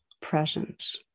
presence